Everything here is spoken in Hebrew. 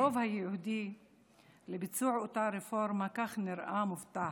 הרוב היהודי לביצוע אותה רפורמה, כך נראה, מובטח.